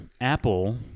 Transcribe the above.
Apple